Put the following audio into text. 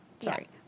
sorry